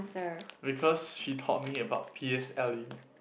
because she taught me about p_s_l_e